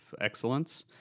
excellence